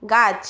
গাছ